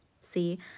See